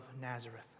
Nazareth